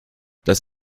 dass